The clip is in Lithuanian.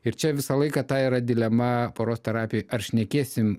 ir čia visą laiką ta yra dilema poros terapijoj ar šnekėsim